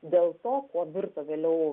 dėl to kuo virto vėliau